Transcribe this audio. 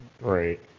Right